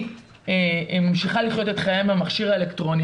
היא ממשיכה לחיות את חייה עם המכשיר האלקטרוני